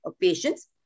patients